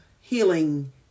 healing